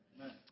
Amen